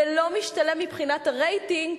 זה לא משתלם מבחינת הרייטינג.